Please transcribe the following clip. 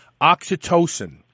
oxytocin